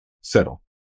settle